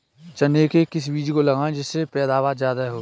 चने के किस बीज को लगाएँ जिससे पैदावार ज्यादा हो?